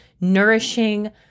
nourishing